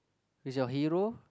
is your hero